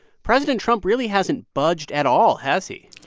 president trump really hasn't budged at all, has he?